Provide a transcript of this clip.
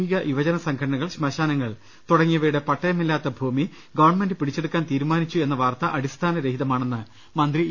ഹിക യുവജന സംഘടനകൾ ശ്മശാനങ്ങൾ തുടങ്ങിയവയുടെ പട്ടയമില്ലാത്ത ഭൂമി ഗവൺമെന്റ് പിടിച്ചെടുക്കാൻ തീരുമാനിച്ചു എന്ന വാർത്ത അടിസ്ഥാനരഹി തമാണെന്ന് മന്ത്രി ഇ